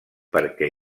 perquè